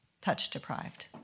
touch-deprived